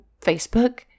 Facebook